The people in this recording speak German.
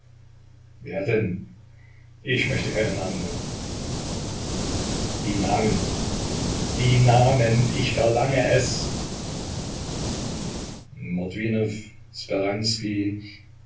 wer denn ich möchte keine namen nennen die namen die namen ich verlange es